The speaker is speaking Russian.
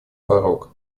порог